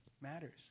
matters